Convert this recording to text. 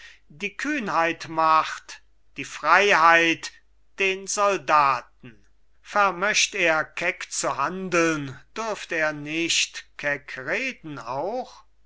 die kühnheit macht die freiheit den soldaten vermöcht er keck zu handeln dürft er nicht keck reden auch